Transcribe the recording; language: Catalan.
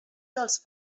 dels